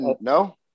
no